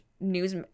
news